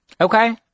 Okay